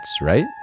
right